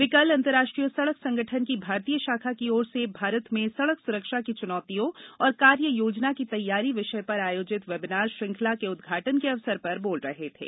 वे कल अंतर्राष्ट्री य सड़क संगठन की भारतीय शाखा की ओर से भारत में सड़क सुरक्षा की चुनौतियां और कार्ययोजना की तैयारी विषय पर आयोजित वेबिनार श्रृंखला के उद्घाटन के अवसर पर बोल रहे थे